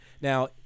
Now